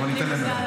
טוב, אני אתן למירב.